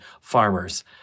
farmers